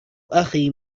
أخي